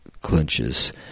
clinches